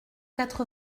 quatre